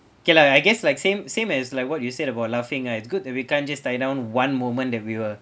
okay lah I guess like same same as like what you said about laughing ah it's good that we can't just die down one moment that we were